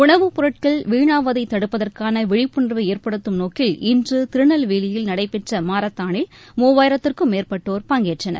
உணவுப் பொருட்கள் வீணாவதை தடுப்பதற்கான விழிப்புணர்வை ஏற்படுத்தும் நோக்கில் இன்று திருநெல்வேலியில் நடைபெற்ற மாரத்தானில் மூவாயிரத்திற்கும் மேற்பட்டோர் பங்கேற்றனர்